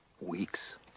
weeks